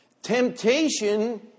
Temptation